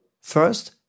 first